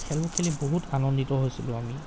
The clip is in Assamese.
খেলবোৰ খেলি বহুত আনন্দিত হৈছিলো আমি